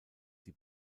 die